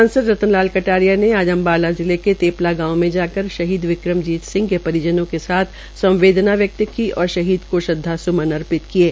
सांसद रतन लाल कटारिया ने आज अम्बाला जिले के तेपला गांव में जाकर शहीद विक्रमजीत सिंह के परिजनों के साथ संवदेना व्यक्त की और शहीद के श्रद्वा सुमन अर्पित किये